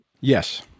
Yes